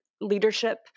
leadership